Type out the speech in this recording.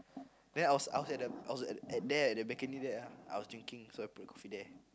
then I was I was at the I was at at there at the balcony there I was drinking so I put the coffee there